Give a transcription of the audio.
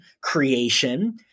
creation